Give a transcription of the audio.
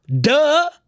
Duh